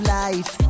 life